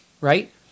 Right